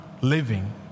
living